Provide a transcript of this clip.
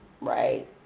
right